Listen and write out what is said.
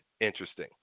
interesting